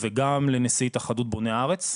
וגם לנשיא התאחדות בוני הארץ,